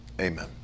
Amen